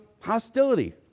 hostility